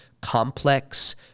complex